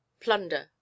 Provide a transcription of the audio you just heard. plunder